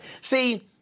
See